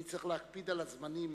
אני צריך להקפיד על הזמנים,